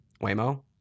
Waymo